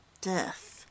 death